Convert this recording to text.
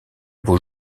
beau